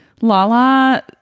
Lala